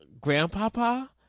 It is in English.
grandpapa